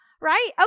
Right